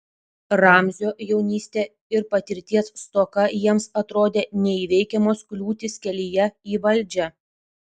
ramzio jaunystė ir patirties stoka jiems atrodė neįveikiamos kliūtys kelyje į valdžią